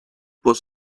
was